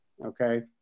Okay